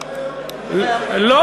בעצם,